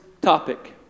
topic